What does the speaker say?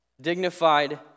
dignified